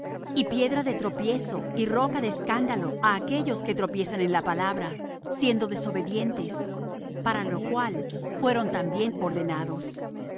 y piedra de tropiezo y roca de escándalo á aquellos que tropiezan en la palabra siendo desobedientes para lo cual fueron también ordenados